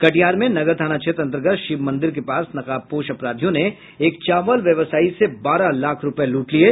कटिहार में नगर थाना क्षेत्र अन्तर्गत शिव मंदिर के पास नकाबपोश अपराधियों ने एक चावल व्यवसायी से बारह लाख रूपये लूट लिये